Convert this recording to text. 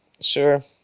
Sure